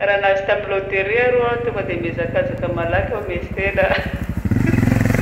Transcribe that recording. Raha nahazo tamin'ny loterie arô aho tonga dia mihazakaza malaky aho dia miantsena.